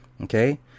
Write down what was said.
okay